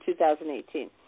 2018